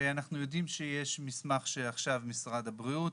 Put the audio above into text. אנחנו יודעים שיש מסמך שעכשיו משרד הבריאות